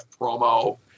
promo